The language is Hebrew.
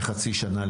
לחצי שנה,